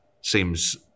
seems